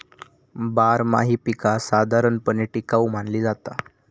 बारमाही पीका साधारणपणे टिकाऊ मानली जाता